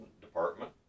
department